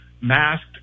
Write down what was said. masked